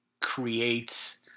Create